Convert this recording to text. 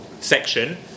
section